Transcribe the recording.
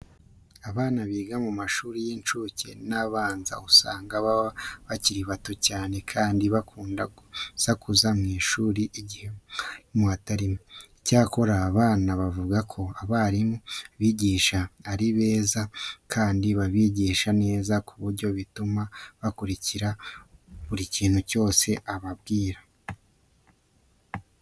Abana biga mu mashuri y'incuke n'abanza usanga baba bakiri bato cyane kandi bakunda gusakuza mu ishuri igihe umwarimu ataririmo. Icyakora aba bana bavuga ko abarimu babigisha ari beza kandi babigisha neza ku buryo bituma bakurikira buri kintu cyose ababwira.